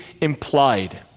implied